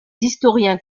historiens